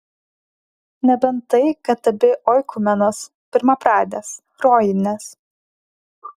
nebent tai kad abi oikumenos pirmapradės rojinės